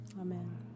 Amen